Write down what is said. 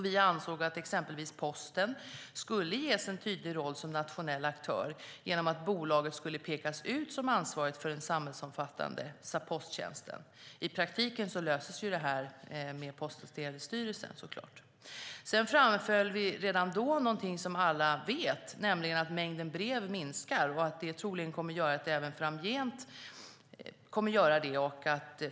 Vi ansåg exempelvis att Posten skulle ges en tydlig roll som nationell aktör genom att bolaget skulle pekas ut som ansvarigt för den samhällsomfattande posttjänsten. I praktiken löses detta nu genom Post och telestyrelsen. Dessutom framhöll vi redan då något som alla vet, nämligen att mängden brev minskar och troligen kommer att göra det även framgent.